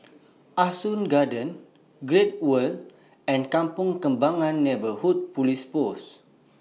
Ah Soo Garden Great World and Kampong Kembangan Neighbourhood Police Post